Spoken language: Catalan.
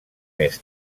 més